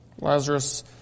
Lazarus